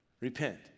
repent